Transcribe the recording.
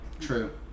True